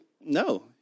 No